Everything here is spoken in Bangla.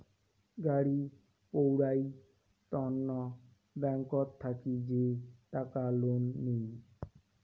গাড়ি পৌরাই তন্ন ব্যাংকত থাকি যে টাকা লোন নেই